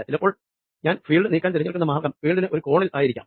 ചിലപ്പോൾ ഞാൻ ചാർജ് നീക്കാൻ തിരഞ്ഞെടുക്കുന്ന മാർഗ്ഗം ഫീൽഡിന് ഒരു കോണിൽ ആയിരിക്കാം